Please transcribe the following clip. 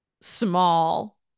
small